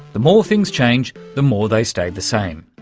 the more things change, the more they stay the same.